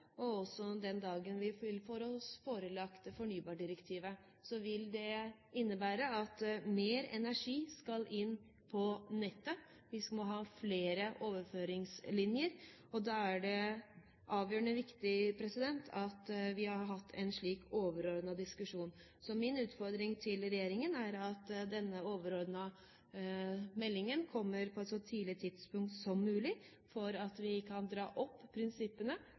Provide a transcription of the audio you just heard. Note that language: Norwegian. og også den dagen vi får oss forelagt fornybardirektivet, vil det også innebære at mer energi skal inn på nettet. Vi må ha flere overføringslinjer. Da er det avgjørende viktig at vi har hatt en slik overordnet diskusjon. Så min utfordring til regjeringen er at denne overordnede meldingen kommer på et så tidlig tidspunkt som mulig slik at vi kan dra opp prinsippene